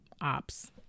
Ops